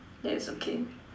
then it's okay